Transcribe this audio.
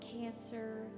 cancer